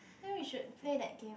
then we should play that game